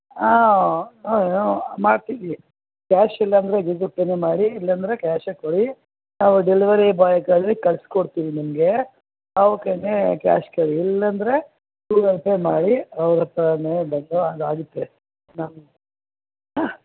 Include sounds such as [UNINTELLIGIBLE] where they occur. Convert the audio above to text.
ಮಾಡ್ತಿದ್ದೀವಿ ಕ್ಯಾಶ್ ಇಲ್ಲ ಅಂದರೆ ಗೂಗಲ್ ಪೇನೇ ಮಾಡಿ ಇಲ್ಲ ಅಂದ್ರೆ ಕ್ಯಾಶೆ ಕೊಡಿ ನಾವು ಡೆಲಿವರಿ ಬಾಯ್ ಕೈಲಿ ಕಳ್ಸಿ ಕೊಡ್ತೀವಿ ನಿಮಗೆ ಅವ್ರ ಕೈಲೇ ಕ್ಯಾಶ್ ಕೊಡಿ ಇಲ್ಲ ಅಂದರೆ ಗೂಗಲ್ ಪೇ ಮಾಡಿ ಅವರ ಹತ್ರನೇ ಬಂದು ಅದು ಆಗುತ್ತೆ [UNINTELLIGIBLE]